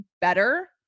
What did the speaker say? better